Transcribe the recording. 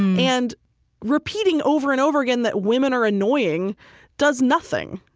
and repeating over and over again that women are annoying does nothing.